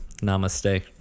Namaste